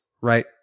right